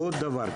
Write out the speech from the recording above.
ועוד דבר,